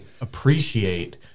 appreciate